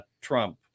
Trump